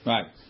Right